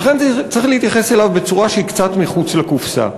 ולכן צריך להתייחס אליו בצורה שהיא קצת מחוץ לקופסה.